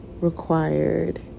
required